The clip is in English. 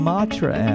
Matra